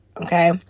Okay